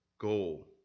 goal